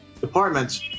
departments